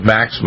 Max